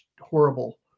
horrible